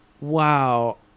Wow